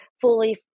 fully